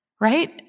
right